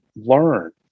learn